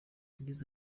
yagize